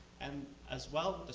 and as well,